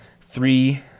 three